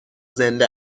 زنده